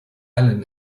allen